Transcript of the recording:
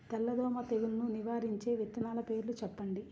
తెల్లదోమ తెగులును నివారించే విత్తనాల పేర్లు చెప్పండి?